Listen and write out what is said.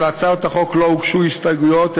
להצעת החוק לא הוגשו הסתייגויות,